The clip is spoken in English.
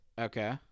Okay